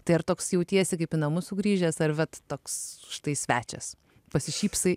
tai ar toks jautiesi kaip į namus sugrįžęs ar vat toks štai svečias pasišypsai